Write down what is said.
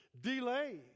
Delay